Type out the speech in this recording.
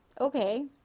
Okay